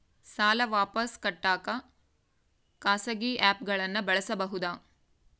ಸಾಲ ವಾಪಸ್ ಕಟ್ಟಕ ಖಾಸಗಿ ಆ್ಯಪ್ ಗಳನ್ನ ಬಳಸಬಹದಾ?